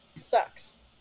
sucks